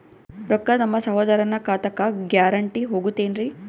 ರೊಕ್ಕ ನಮ್ಮಸಹೋದರನ ಖಾತಕ್ಕ ಗ್ಯಾರಂಟಿ ಹೊಗುತೇನ್ರಿ?